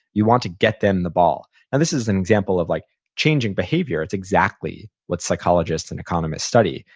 you want to get them the ball. and this is an example of like changing behavior, it's exactly what psychologists and economists study.